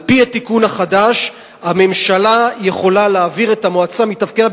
על-פי התיקון החדש הממשלה יכולה להעביר את המועצה מתפקידה,